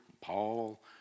Paul